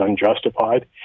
unjustified